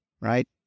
right